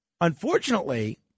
unfortunately